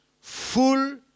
full